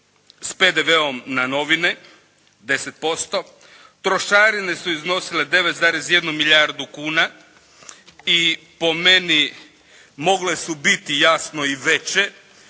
sa PDV-om na novine, 10%. Trošarine su iznosile 9,1 milijardu kuna, I po meni mogle su biti jasno I veće